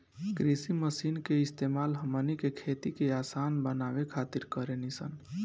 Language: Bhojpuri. कृषि मशीन के इस्तेमाल हमनी के खेती के असान बनावे खातिर कारेनी सन